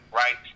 right